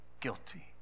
guilty